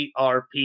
erp